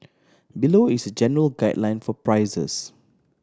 below is a general guideline for prices